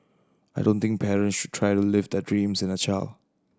I don't think parents should try to live their dreams in a child